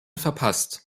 verpasst